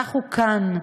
אנחנו כאן,